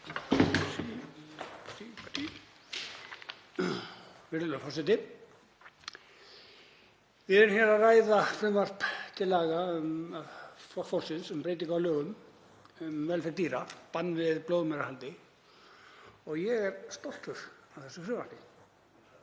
Við erum hér að ræða frumvarp Flokks fólksins um breytingu á lögum um velferð dýra, bann við blóðmerahaldi. Ég er stoltur af þessu frumvarpi.